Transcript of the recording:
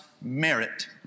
merit